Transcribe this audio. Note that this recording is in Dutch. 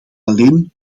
alleen